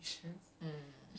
ya exactly